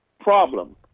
problem